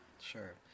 sure